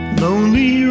lonely